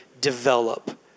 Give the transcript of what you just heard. develop